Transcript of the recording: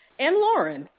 and lauren,